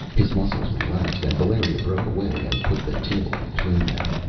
his muscles relaxed, and valeria broke away and put the table between them.